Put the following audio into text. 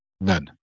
None